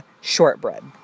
shortbread